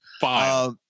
Five